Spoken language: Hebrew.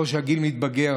ככל שהגיל מתקדם,